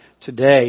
today